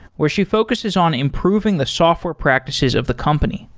where she focuses on improving the software practices of the company.